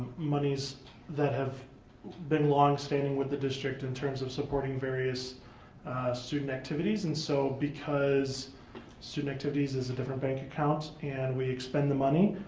monies that have been long standing with the district in terms of supporting various student activities and so because student activities is a different bank account and we expend the money,